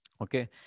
Okay